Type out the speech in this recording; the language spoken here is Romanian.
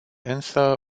însă